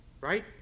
Right